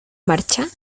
marcha